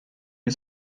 nie